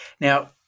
Now